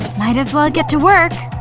might as well get to work